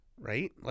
right